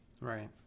Right